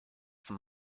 from